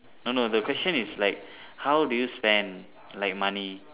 no no the question is like how do you spend like money